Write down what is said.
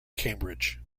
cambridge